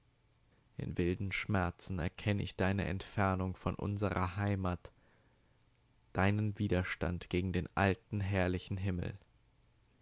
in wilden schmerzen erkenn ich deine entfernung von unsrer heimat deinen widerstand gegen den alten herrlichen himmel